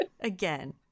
Again